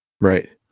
Right